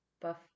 Buff